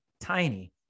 tiny